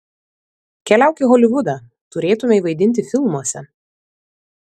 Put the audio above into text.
keliauk į holivudą turėtumei vaidinti filmuose